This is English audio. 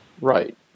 Right